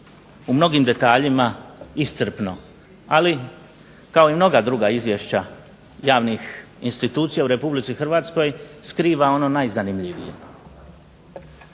u mnogim detaljima iscrpno, ali kao i mnoga druga izvješća javnih institucija u Republici Hrvatskoj skriva ono najzanimljivije.